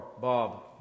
Bob